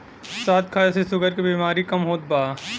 शहद खाए से शुगर के बेमारी कम होत बा